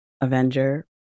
Avenger